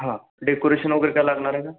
हां डेकोरेशन वगैरे काय लागणार आहे का